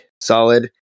Solid